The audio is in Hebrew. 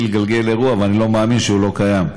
לגלגל אירוע ואני לא מאמין שהוא לא קיים.